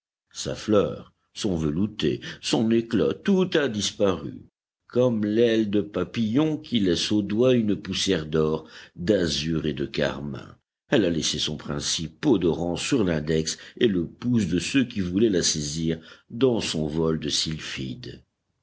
sa fleur son velouté son éclat tout a disparu comme l'aile de papillon qui laisse aux doigts une poussière d'or d'azur et de carmin elle a laissé son principe odorant sur l'index et le pouce de ceux qui voulaient la saisir dans son vol de